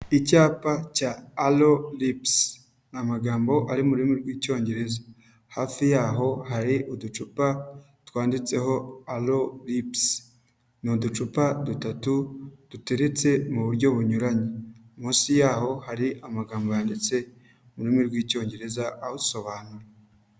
Icyapa cya ALOE LIPS ni amagambo ari mu rurimi rw'icyongereza, hafi yaho hari uducupa twanditseho ALOE LIPS. Ni uducupa dutatu duteretse mu buryo bunyuranye, munsi yaho hari amagambo yanditse mu rurimi rw'icyongereza awusobanura.